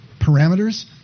parameters